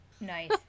nice